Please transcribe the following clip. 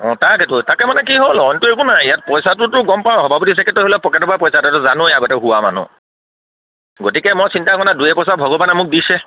অঁ তাকেইেতো তাকে মানে কি অইনটো একো নাই ইয়াত পইচাতো গম পাওঁ হ'ব সভাপতি চেক্ৰেটৰী হ'লে পকেটৰ পৰা পইচা যায় তইতো জানৱেই আগতে হোৱা মানুহ গতিকে মই চিন্তা মানে দুই এপইচা ভগৱানে মোক দিছে